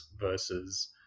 versus